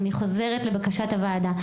אני חוזרת לבקשת הוועדה.